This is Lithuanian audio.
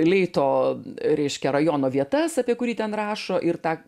leito reiškia rajono vietas apie kurį ten rašo ir tą